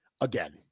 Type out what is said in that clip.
again